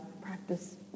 practice